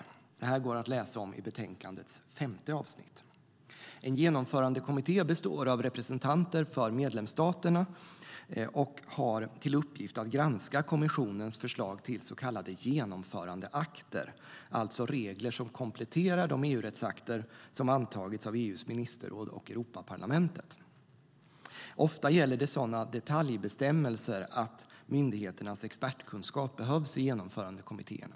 Det kan man läsa om i betänkandets femte avsnitt. En genomförandekommitté består av representanter för medlemsstaterna och har till uppgift att granska kommissionens förslag till så kallade genomförandeakter, alltså regler som kompletterar de EU-rättsakter som antagits av EU:s ministerråd och Europaparlamentet. Ofta gäller det sådana detaljbestämmelser att myndigheternas expertkunskap behövs i genomförandekommittéerna.